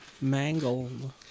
mangled